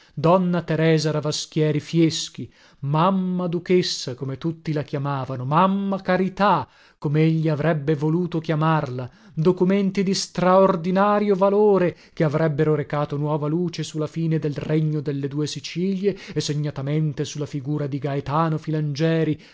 donna teresa ravaschieri fieschi mamma duchessa come tutti la chiamavano mamma carità comegli avrebbe voluto chiamarla documenti di straordinario valore che avrebbero recato nuova luce su la fine del regno delle due sicilie e segnatamente su la figura di gaetano filangieri